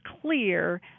clear